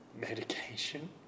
medication